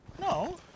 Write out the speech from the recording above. No